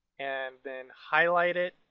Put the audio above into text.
and then highlight it.